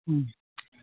ହୁଁ